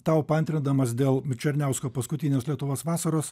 tau paantrindamas dėl černiausko paskutinės lietuvos vasaros